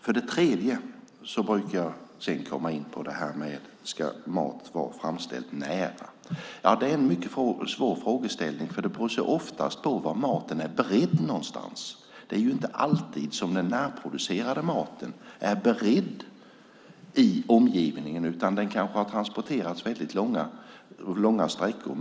För det tredje brukar jag komma in på om mat ska vara framställd nära. Det är en mycket svår frågeställning, för det beror ofta på var maten är beredd. Det är inte alltid som den närproducerade maten är beredd i omgivningen. Den kanske har transporterats väldigt långa sträckor.